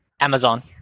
Amazon